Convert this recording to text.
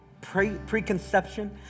preconception